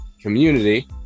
community